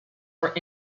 were